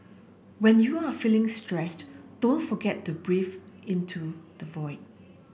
when you are feeling stressed don't forget to breathe into the void